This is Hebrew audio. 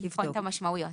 לבדוק את המשמעויות.